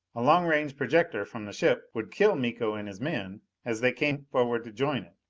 a long range projector from the ship would kill miko and his men as they came forward to join it!